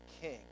king